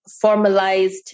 formalized